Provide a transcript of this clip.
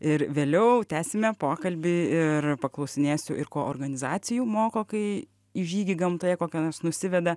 ir vėliau tęsime pokalbį ir paklausinėsiu ir ko organizacijų moko kai į žygį gamtoje kokią nors nusiveda